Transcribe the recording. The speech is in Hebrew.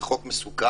זה חוק מסוכן.